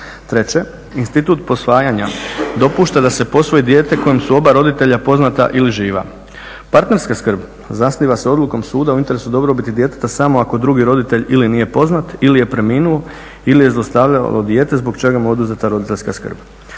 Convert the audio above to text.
Treće, institut posvajanja dopušta da se posvoji dijete kojem su oba roditelja poznata ili živa. Partnerska skrb zasniva se odlukom suda u interesu dobrobiti djeteta samo ako drugi roditelj ili nije poznat ili je preminuo ili je zlostavljao dijete zbog čega mu je oduzeta roditeljska skrb.